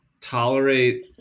tolerate